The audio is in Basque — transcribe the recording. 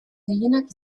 gehienak